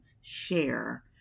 share